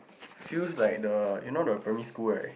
feels like the you know the primary school like